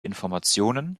informationen